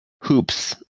hoops